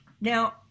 now